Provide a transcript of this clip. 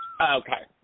Okay